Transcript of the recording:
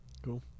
cool